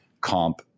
comp